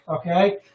Okay